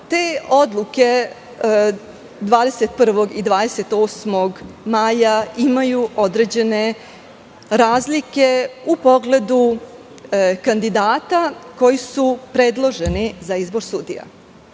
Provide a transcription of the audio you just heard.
Te odluke 21. i 28. maja imaju određene razlike u pogledu kandidata koji su predloženi za izbor sudija.